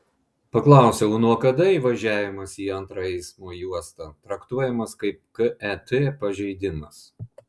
paklausiau nuo kada įvažiavimas į antrą eismo juostą traktuojamas kaip ket pažeidimas